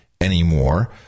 anymore